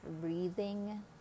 breathing